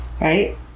right